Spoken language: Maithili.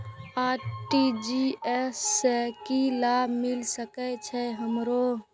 आर.टी.जी.एस से की लाभ मिल सके छे हमरो?